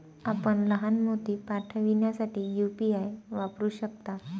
आपण लहान मोती पाठविण्यासाठी यू.पी.आय वापरू शकता